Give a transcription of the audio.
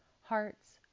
hearts